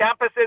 campuses